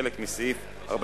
חלק מסעיף 46י(ד)(4),